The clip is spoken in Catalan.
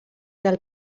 del